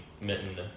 Mitten